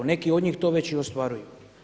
Neki od njih to već i ostvaruju.